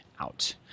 out